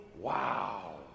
wow